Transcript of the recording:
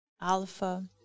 Alpha